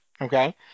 Okay